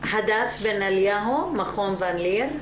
הדס בן אליהו ממכון ון ליר.